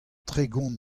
tregont